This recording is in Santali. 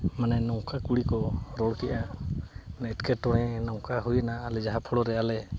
ᱢᱟᱱᱮ ᱱᱚᱝᱠᱟ ᱠᱩᱲᱤ ᱠᱚ ᱨᱚᱲ ᱠᱮᱜᱼᱟ ᱢᱟᱱᱮ ᱮᱴᱠᱮᱴᱚᱬᱮ ᱱᱚᱝᱠᱟ ᱦᱩᱭᱱᱟ ᱟᱞᱮ ᱡᱟᱦᱟᱸ ᱯᱷᱞᱳ ᱨᱮ ᱟᱞᱮ